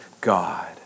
God